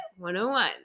101